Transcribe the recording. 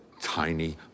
tiny